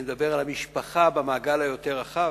אני מדבר על המשפחה במעגל היותר רחב.